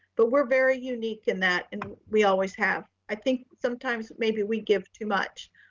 but we're very unique in that and we always have, i think sometimes maybe we give too much,